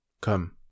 Come